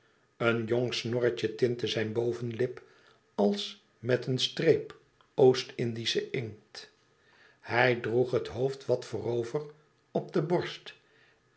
een jong snorretje tintte zijn bovenlip als met een streep oost-indische inkt hij droeg het hoofd wat voorover op de borst